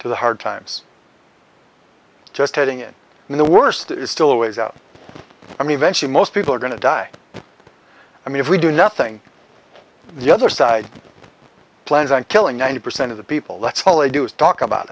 to the hard times just hating it and the worst is still a ways out i mean when she most people are going to die i mean if we do nothing the other side plans on killing ninety percent of the people that's all they do is talk about